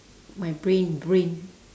my brain brain